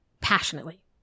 passionately